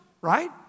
right